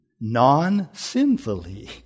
non-sinfully